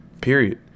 period